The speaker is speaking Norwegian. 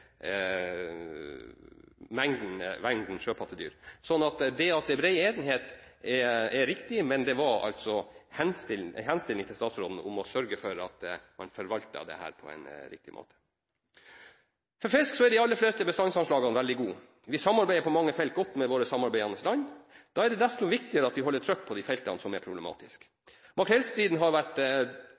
sørge for at man forvaltet dette på en riktig måte. Når det gjelder fisk, er de aller fleste bestandsanslagene veldig gode. Vi samarbeider på mange felt godt med våre samarbeidende land. Da er det desto viktigere at vi holder trykk på de feltene som er problematiske. Makrellstriden har i denne salen vært